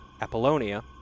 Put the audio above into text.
Apollonia